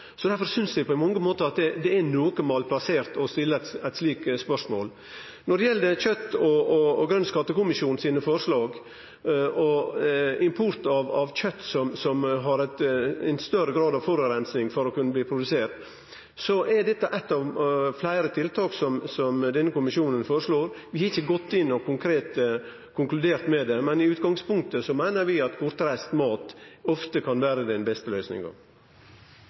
synest eg på mange måtar at det er noko malplassert å stille eit slikt spørsmål. Når det gjeld kjøt og Grøn skattekommisjon sine forslag og import av kjøt som har ei større grad av forureining for å kunne bli produsert, er dette eitt av fleire tiltak som denne kommisjonen føreslår. Vi har ikkje gått inn og konkludert her, men i utgangspunktet meiner vi at kortreist mat ofte kan vere den beste løysinga.